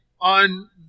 on